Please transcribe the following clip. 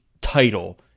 title